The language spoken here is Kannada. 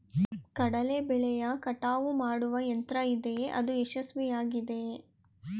ಕಡಲೆ ಬೆಳೆಯ ಕಟಾವು ಮಾಡುವ ಯಂತ್ರ ಇದೆಯೇ? ಅದು ಯಶಸ್ವಿಯಾಗಿದೆಯೇ?